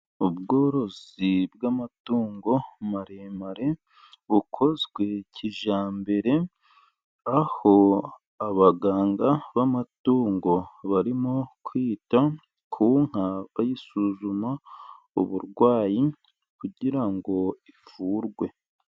Ubworozi bw'amatungo maremare, bukozwe kijyambere, aho abaganga b'amatungo barimo kwita ku nka, bayisuzuma uburwayi kugira ngo ivurwe.